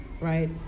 right